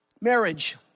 Marriage